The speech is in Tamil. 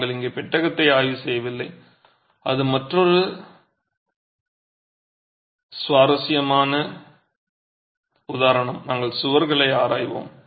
நாங்கள் இங்கே பெட்டகத்தை ஆய்வு செய்யவில்லை அது மற்றொரு சுவாரஸ்யமான உதாரணம் நாங்கள் சுவரை ஆராய்வோம்